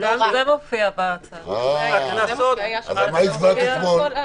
אז על מה הצבעת אתמול?